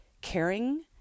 caring